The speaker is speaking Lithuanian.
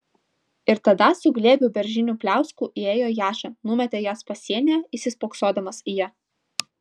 ir tada su glėbiu beržinių pliauskų įėjo jaša numetė jas pasienyje įsispoksodamas į ją